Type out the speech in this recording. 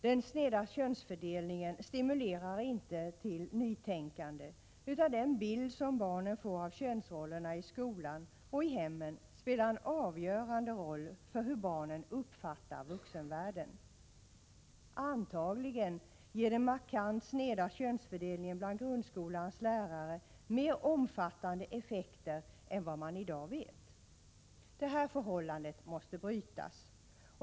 Den sneda könsfördelningen stimulerar inte till nytänkande, utan den bild som barnen får av könsrollerna i skolan och hemmen spelar en avgörande roll för hur de uppfattar vuxenvärlden. Antagligen ger den markant sneda könsfördelningen bland grundskolans lärare mer omfattande effekter än vad man i dag vet. Detta förhållande måste brytas.